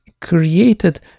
created